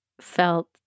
felt